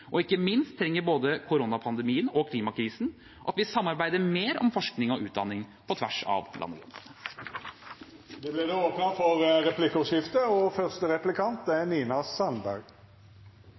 Og ikke minst trenger både koronapandemien og klimakrisen at vi samarbeider mer om forskning og utdanning på tvers av